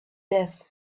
death